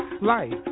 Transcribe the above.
life